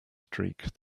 streak